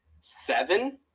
seven